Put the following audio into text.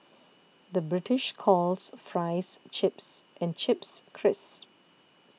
the British calls Fries Chips and Chips Crisps